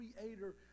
creator